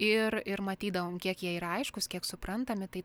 ir ir matydavom kiek jie yra aiškūs kiek suprantami tai